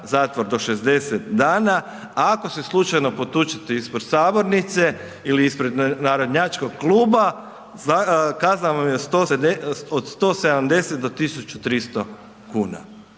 zatvor do 60 dana, a ako se slučajno potučete ispred sabornice ili ispred narodnjačkog kluba kazna vam je 170 do 1.300 kuna.